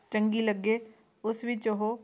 ਚੰਗੀ ਲੱਗੇ ਉਸ ਵਿੱਚ ਉਹ